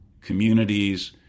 communities